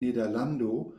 nederlando